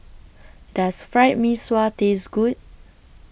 Does Fried Mee Sua Taste Good